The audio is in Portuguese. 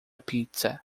pizza